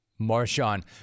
Marshawn